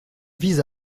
vise